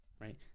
right